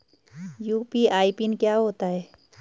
UPI PIN क्या होता है?